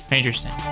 interesting.